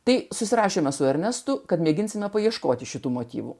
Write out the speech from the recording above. tai susirašėme su ernestu kad mėginsime paieškoti šitų motyvų